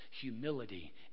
humility